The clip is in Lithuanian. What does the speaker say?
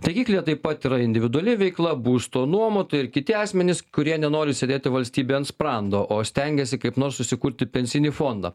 taikiklyje taip pat yra individuali veikla būsto nuomotojai ir kiti asmenys kurie nenori sėdėti valstybei ant sprando o stengiasi kaip nors susikurti pensinį fondą